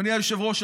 אדוני היושב-ראש,